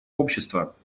общества